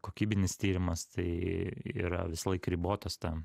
kokybinis tyrimas tai yra visąlaik ribotas ten